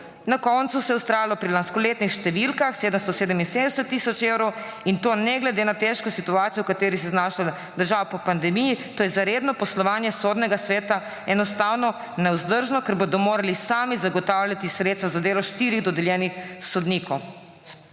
na koncu se je vztrajalo pri lanskoletnih številkah, 777 tisoč evrov, in to ne glede na težko situacijo, v kateri se je znašla država po pandemiji. To je za redno poslovanje Sodnega sveta enostavno nevzdržno, ker bodo morali sami zagotavljati sredstva za delo štirih dodeljenih sodnikov.